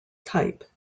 type